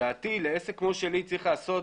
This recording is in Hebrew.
לדעתי לעסק כמו שלי צריך לעשות